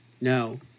No